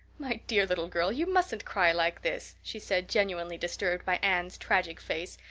my dear little girl, you mustn't cry like this, she said, genuinely disturbed by anne's tragic face.